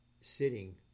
sitting